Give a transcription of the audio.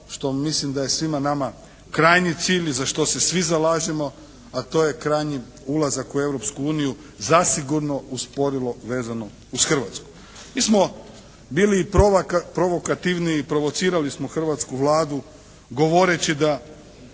što mislim da je svima nama krajnji cilj i za što se svi zalažemo, a to je krajnji ulazak u Europsku uniju, zasigurno usporilo vezano uz Hrvatsku. Mi smo bili i provokativni i provocirali smo hrvatsku Vladu govoreći da